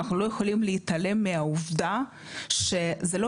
אנחנו לא יכולים להתעלם מהעובדה שזה לא